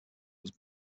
was